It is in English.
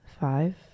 five